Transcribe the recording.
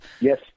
yes